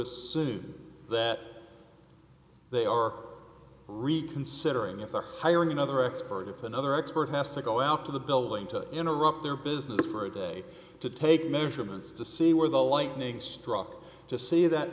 assume that they are reconsidering if they're hiring another expert if another expert has to go out to the building to interrupt their business for a day to take measurements to see where the lightning struck to see that